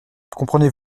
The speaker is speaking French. comprenez